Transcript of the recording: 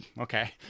okay